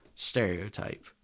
stereotype